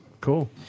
Cool